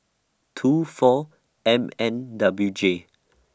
two four M N W J